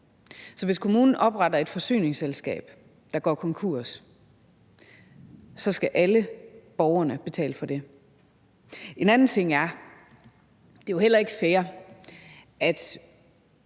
så hvis kommunen opretter et forsyningsselskab, der går konkurs, skal alle borgerne betale for det. En anden ting er, at det jo heller ikke er fair, at